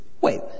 wait